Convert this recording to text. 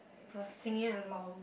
were singing along